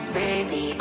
baby